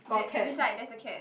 that beside there's a cat